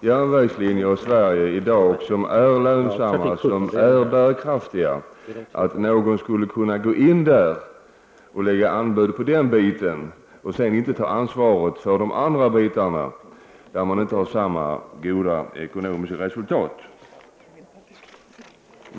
järnvägslinjer i Sverige som i dag är lönsamma och bärkraftiga, och sedan inte ta ansvar för de övriga delarna som inte ger samma goda ekonomiska resultat.